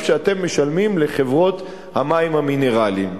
שאתם משלמים לחברות המים המינרליים.